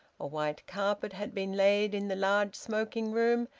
a white carpet had been laid in the large smoking-room,